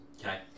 Okay